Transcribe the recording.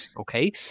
Okay